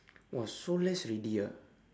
!wah! so less already ah